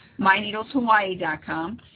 MyNeedlesHawaii.com